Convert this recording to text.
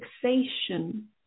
fixation